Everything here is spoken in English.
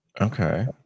Okay